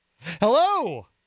Hello